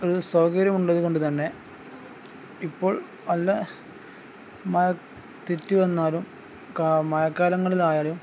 ഒരു സൗകര്യം ഉള്ളത് കൊണ്ട് തന്നെ ഇപ്പോൾ നല്ല മഴ തെറ്റി വന്നാലും മഴക്കാലങ്ങളിൽ ആയാലും